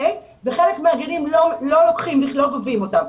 וחלק מהגנים לא גובים אותם,